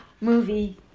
movie